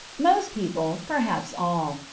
most people, perhaps all,